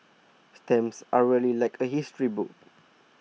stamps are really like a history book